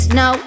no